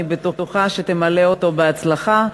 אני בטוחה שתמלא אותו בהצלחה,